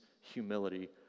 humility